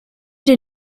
did